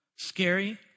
Scary